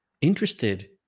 interested